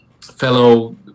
fellow